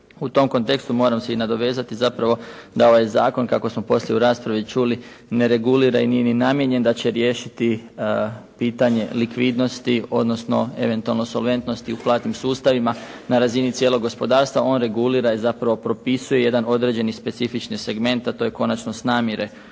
U tom kontekstu moram se i nadovezati zapravo na ovaj zakon kako smo poslije u raspravi čuli ne regulira i nije ni namijenjen da će riješiti pitanje likvidnosti, odnosno eventualno solventnosti u platnim sustavima na razini cijelog gospodarstva. On regulira i zapravo propisuje jedan određeni specifični segment, a to je konačnost namire u platnim